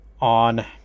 on